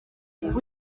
kuba